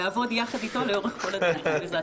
נעבוד יחד איתו לאורך כל הדרך בעזרת השם.